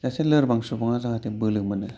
सासे लोरबां सुबुङा जाहाथे बोलो मोनो